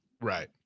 Right